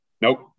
nope